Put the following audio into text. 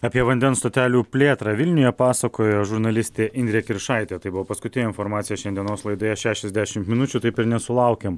apie vandens stotelių plėtrą vilniuje pasakojo žurnalistė indrė kiršaitė tai buvo paskutinė informacija šiandienos laidoje šešiasdešim minučių taip ir nesulaukėm